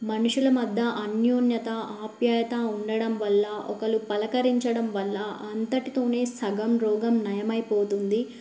మనుషుల మధ్య అన్యోన్యత ఆప్యాయత ఉండడం వల్ల ఒకరు పలకరించడం వల్ల అంతటితోనే సగం రోగం నయమైపోతుంది